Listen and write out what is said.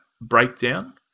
Breakdown